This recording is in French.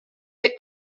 est